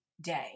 day